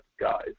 guys